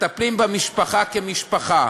מטפלים במשפחה כמשפחה.